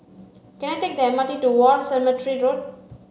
can I take the M R T to War Cemetery Road